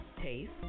taste